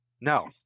No